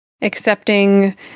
accepting